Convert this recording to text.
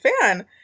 fan